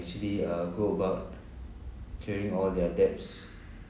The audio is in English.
actually uh go about clearing all their debts